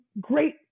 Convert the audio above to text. great